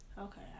Okay